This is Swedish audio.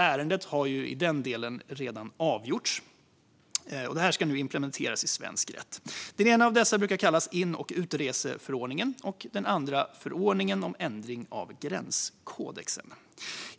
Ärendet har alltså redan avgjorts i den delen, och detta ska nu implementeras i svensk rätt. Den ena av dessa brukar kallas in och utreseförordningen, och den andra brukar kallas förordningen om ändring av gränskodexen.